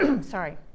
sorry